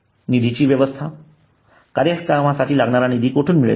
निधीची व्यवस्था कार्यक्रमासाठी लागणारा निधी कुठून मिळेल